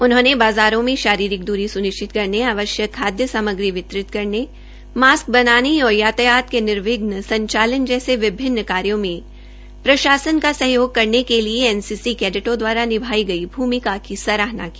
उन्होंने बाज़ारों में शारीरिक दूरी सुनिश्चित करने आवश्यक खाद्य सामग्री वितरित करने मास्क बनाने और यातायात के निर्वघ्न संचालन जैसे विभिन्न कार्यो में प्रशासन के सहयोग करने के लिए एनसीसी कैडेटों दवारा निभाई गई भूमिका की सराहना की